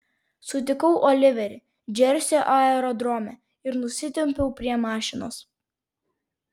sutikau oliverį džersio aerodrome ir nusitempiau prie mašinos